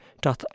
Doth